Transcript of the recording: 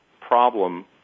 problem